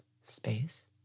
space